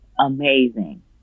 amazing